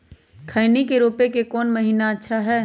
खैनी के रोप के कौन महीना अच्छा है?